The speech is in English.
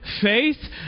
faith